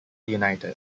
united